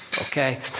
Okay